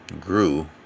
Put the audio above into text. grew